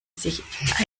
sich